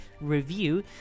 review